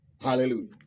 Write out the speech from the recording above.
Hallelujah